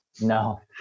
No